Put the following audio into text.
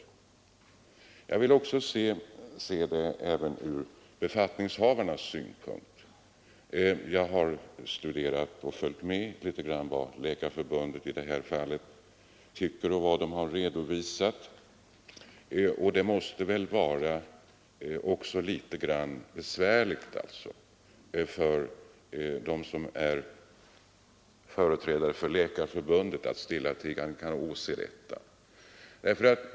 Jag vill också se saken från befattningshavarnas synpunkt. Jag har studerat vad Läkarförbundet redovisat i denna fråga. Det måste väl också vara litet besvärligt för företrädarna för Läkarförbundet att stillatigande åse utvecklingen på detta område.